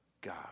God